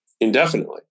indefinitely